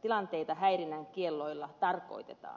tilanteita häirinnän kielloilla tarkoitetaan